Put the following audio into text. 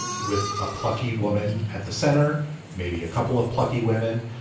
and with a plucky woman at the center maybe a couple of plucky women.